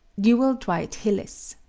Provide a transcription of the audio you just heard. newell dwight hillis.